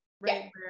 right